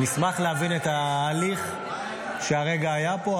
נשמח להבין את ההליך שהרגע היה פה,